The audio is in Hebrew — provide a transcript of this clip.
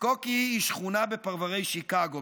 סקוקי היא שכונה בפרברי שיקגו.